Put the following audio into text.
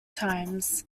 times